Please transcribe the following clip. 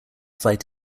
fight